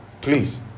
please